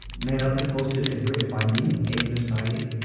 nannup is hosted in britain by me a minute, mate.